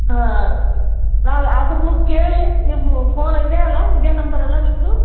ಹಾಂ ನಾವು ಆದ್ರೂ ಕೇಳಿ ನಿಮ್ಮ ಫೋನ್ ಇದೆಯಲ್ಲ ಇದೇ ನಂಬರ್ ಅಲಾ ನಿಮ್ಮದು